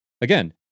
Again